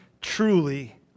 truly